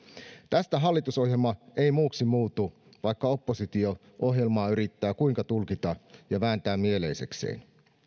tästä hallitusohjelma ei muuksi muutu vaikka oppositio ohjelmaa yrittää kuinka tulkita ja vääntää mieleisekseen